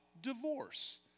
divorce